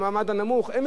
הם ישלמו את הגזירות.